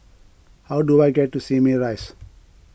how do I get to Simei Rise